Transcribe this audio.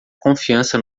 confiança